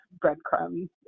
breadcrumbs